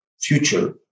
future